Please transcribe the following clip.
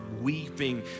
weeping